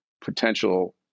potential